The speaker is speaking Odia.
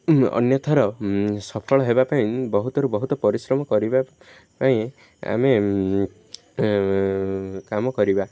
ଅନ୍ୟଥର ସଫଳ ହେବାପାଇଁ ବହୁତରୁ ବହୁତ ପରିଶ୍ରମ କରିବା ପାଇଁ ଆମେ କାମ କରିବା